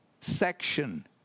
section